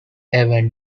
evan